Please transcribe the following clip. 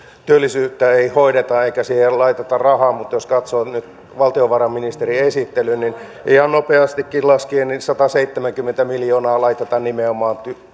työllisyyttä hoideta eikä siihen laiteta rahaa mutta jos katsoo nyt valtiovarainministerin esittelyn niin ihan nopeastikin laskien sataseitsemänkymmentä miljoonaa laitetaan nimenomaan